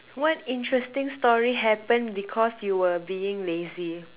what interesting story happened because you were being lazy